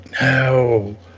no